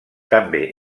també